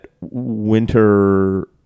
winter